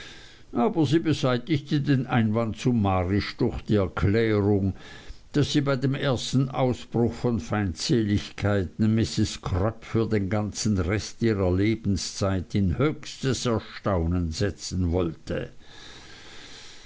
aber sie beseitigte den einwand summarisch durch die erklärung daß sie bei dem ersten ausbruch von feindseligkeiten mrs crupp für den ganzen rest ihrer lebenszeit in höchstes erstaunen setzen wollte